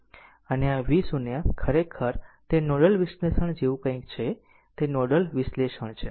અને આ V V0 ખરેખર તે નોડલ વિશ્લેષણ જેવું કંઈક છે તે નોડલ વિશ્લેષણ છે